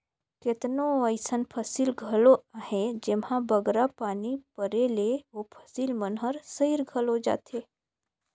केतनो अइसन फसिल घलो अहें जेम्हां बगरा पानी परे ले ओ फसिल मन हर सइर घलो जाथे